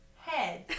head